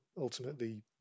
ultimately